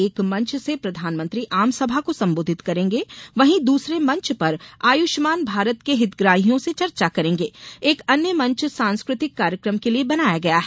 एक मंच से प्रधानमंत्री आमसभा को संबोधित करेंगे वहीं दूसरे मंच पर आयुष्मान भारत के हितग्राहियों से चर्चा करेंगे एक अन्य मंच सांस्कृतिक कार्यक्रम के लिए बनाया गया है